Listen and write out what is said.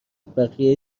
بقیه